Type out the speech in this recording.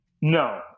No